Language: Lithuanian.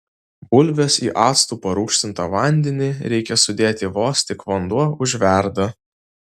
bulves į actu parūgštintą vandenį reikia sudėti vos tik vanduo užverda